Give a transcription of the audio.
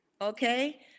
Okay